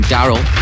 Daryl